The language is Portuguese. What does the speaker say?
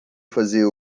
fazer